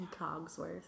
Cogsworth